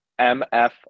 MF